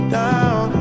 down